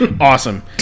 awesome